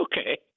okay